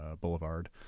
Boulevard